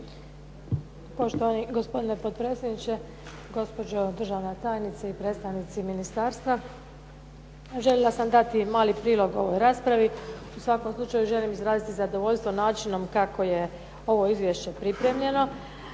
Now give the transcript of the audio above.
Poštovani gospodine potpredsjedniče, gospođo državna tajnice i predstavnici ministarstva. Željela sam dati mali prilog ovoj raspravi. U svakom slučaju želim izraziti zadovoljstvo načinom kako je ovo izvješće pripremljeno.